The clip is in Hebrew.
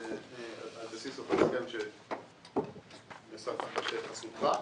על בסיס אותו הסכם שנעשה תחת חסותך,